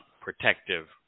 protective